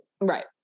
right